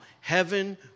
heaven